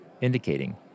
indicating